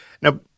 Now